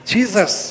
Jesus